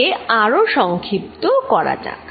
একে আরো সংক্ষিপ্ত করা যাক